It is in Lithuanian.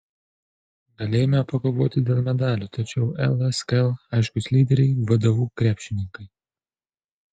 galėjome pakovoti dėl medalių tačiau lskl aiškūs lyderiai vdu krepšininkai